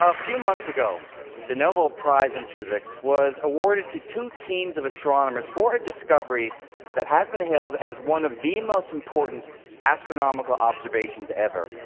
few months ago the nobel prize in physics was awarded to two teams of astronomers for a discovery that has been hailed as one of the most important astronomical observations ever.